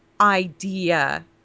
idea